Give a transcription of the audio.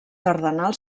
cardenal